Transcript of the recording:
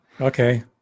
Okay